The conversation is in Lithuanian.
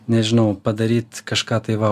nežinau padaryt kažką tai va